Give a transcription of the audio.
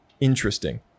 interesting